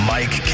Mike